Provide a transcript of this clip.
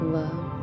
love